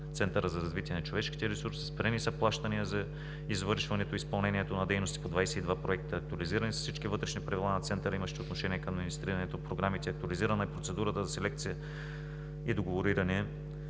Центъра за развитие на човешките ресурси. Спрени са плащания за извършване изпълнението на дейности по 22 проекта. Актуализирани са всички вътрешни правила на Центъра, имащи отношение към администрирането на програмите. Актуализирана е процедурата за селекция и договориране